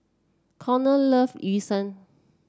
Corrie love Yu Sheng